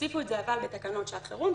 הוסיפו את זה בתקנות שעת חירום,